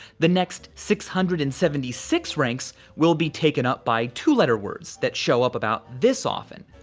the next six hundred and seventy six ranks will be taken up by two letter words that show up about this often.